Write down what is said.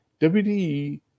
WDE